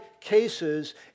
cases